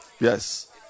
Yes